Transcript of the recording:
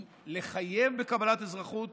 לחייב בקבלת אזרחות,